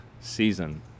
season